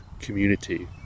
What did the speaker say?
community